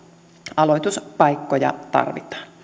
aloituspaikkoja tarvitaan